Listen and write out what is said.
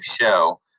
show